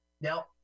Now